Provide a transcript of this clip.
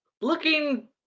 looking